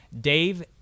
Dave